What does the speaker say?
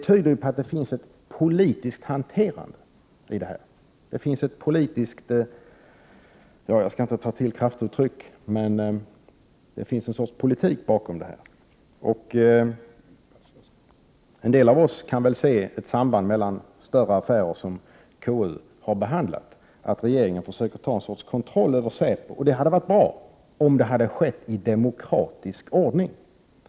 Jag skall inte ta till kraftuttryck, men detta tyder på att det ligger en sorts politik bakom. En del av oss kan se ett samband med större affärer som KU har behandlat, vilket tyder på att regeringen försöker ta en sorts kontroll över säpo. Det hade varit bra om det hade skett i demokratisk ordning.